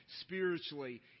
spiritually